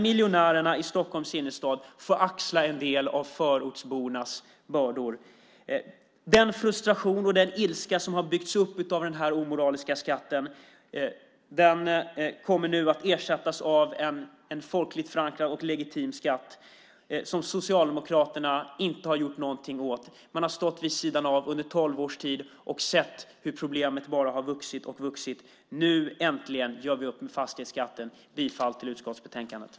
Miljonärerna i Stockholms innerstad får axla en del av förortsbornas bördor. Den frustration och den ilska som har byggts upp på grund av den omoraliska skatten kommer nu att ersättas av en folklig förankring för en legitim skatt. Där har Socialdemokraterna inte gjort någonting. Man har stått vid sidan av under tolv års tid och sett hur problemet bara har vuxit och vuxit. Nu äntligen gör vi upp med fastighetsskatten. Jag yrkar bifall till utskottets förslag.